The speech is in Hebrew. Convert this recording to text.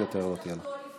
חבר הכנסת יעקב אשר,